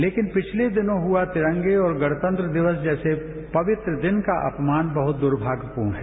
लेकिन पिछले दिनों हुआ तिरंगे और गणतंत्र दिवस जैसे पवित्र दिन का अपमान बहुत दुर्भाग्यपूर्ण है